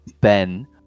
Ben